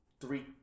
three